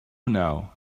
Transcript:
now